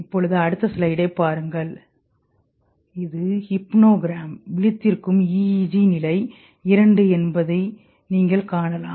இப்போது இது ஹிப்னோகிராம் விழித்திருக்கும் EEG நிலை 2 என்பதை நீங்கள் காணலாம்